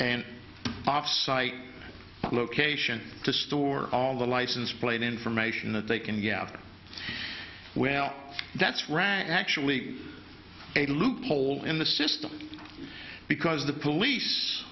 off site location to store all the license plate information that they can gather well that's rank actually a loophole in the system because the police